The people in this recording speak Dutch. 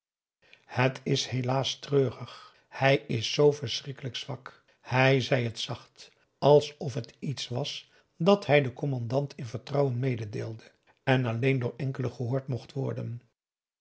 het is helaas treurig hij is zoo verschrikkelijk zwak hij zei het zacht alsof het iets was dat hij den commandant in vertrouwen mededeelde en alleen door enkelen gehoord mocht worden